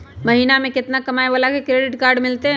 महीना में केतना कमाय वाला के क्रेडिट कार्ड मिलतै?